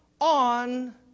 on